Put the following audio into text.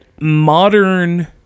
modern